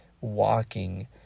walking